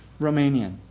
Romanian